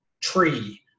tree